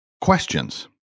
questions